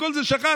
את כל זה שכחת?